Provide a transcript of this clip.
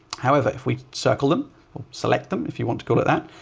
however, if we circle them or select them, if you want to go to that,